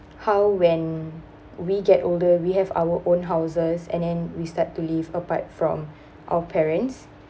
how when we get older we have our own houses and then we start to live apart from our parents